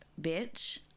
bitch